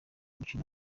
mukino